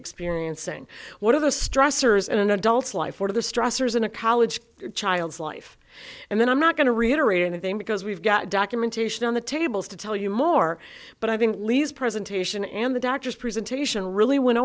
experiencing what are the stressors in an adult's life one of the stressors in a college child's life and then i'm not going to reiterate anything because we've got documentation on the tables to tell you more but i think lee's presentation and the doctor's presentation